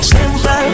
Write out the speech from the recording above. Simple